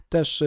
Też